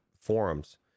forums